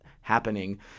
happening